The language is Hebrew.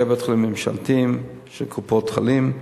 בתי-חולים ממשלתיים, של קופות-חולים,